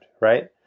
right